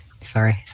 Sorry